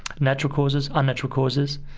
natural causes. unnatural causes.